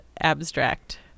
abstract